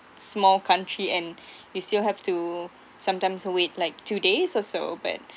small country and you still have to sometimes wait like two days also but